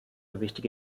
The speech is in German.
wichtige